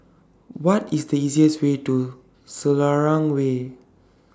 What IS The easiest Way to Selarang Way